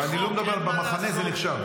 ואני לא מדבר, במחנה זה נחשב.